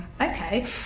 Okay